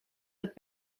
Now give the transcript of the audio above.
het